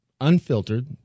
unfiltered